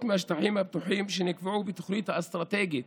מהשטחים הפתוחים שנקבעו בתוכנית האסטרטגית